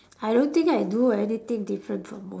I don't think I do anything different from mo~